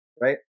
Right